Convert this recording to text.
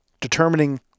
determining